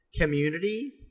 community